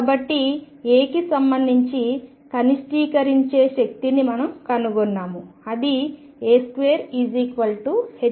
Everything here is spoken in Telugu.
కాబట్టి a కి సంబంధించి కనిష్టీకరించే శక్తిని మనం కనుగొన్నాము అది a22mω